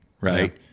right